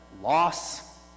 Loss